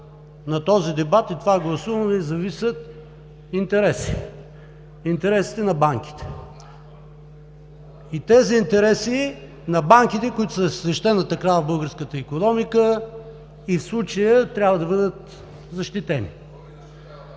от резултата на това гласуване зависят интереси – интересите на банките. И тези интереси на банките, които са свещената крава в българската икономика, и в случая трябва да бъдат защитени.